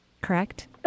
Correct